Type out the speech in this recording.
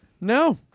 No